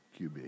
QB